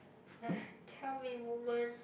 eh tell me woman